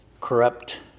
corrupt